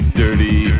dirty